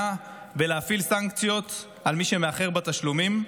ולהפעיל סנקציות על מי שמאחר בתשלומים.